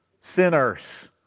Sinners